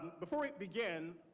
before we begin,